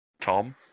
Tom